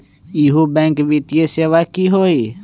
इहु बैंक वित्तीय सेवा की होई?